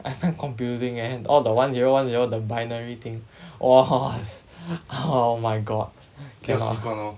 I find confusing eh all the one zero one zero the binary thing !whoa! !hais! oh my god cannot